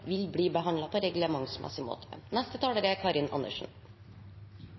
vil bli behandlet på reglementsmessig måte.